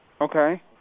okay